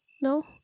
No